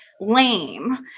lame